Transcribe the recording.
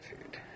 food